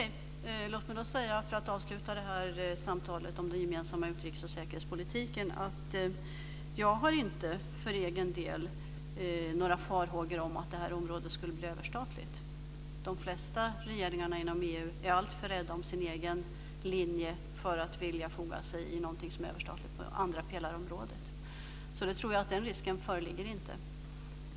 Fru talman! Låt mig för att avsluta samtalet om den gemensamma utrikes och säkerhetspolitiken säga att jag inte för egen del har några farhågor om att det här området skulle bli överstatligt. De flesta regeringar inom EU är alltför rädda om sin egen linje för att vilja foga sig i någonting som är överstatligt på andrapelarområdet. Jag tror alltså inte att den risken föreligger.